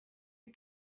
you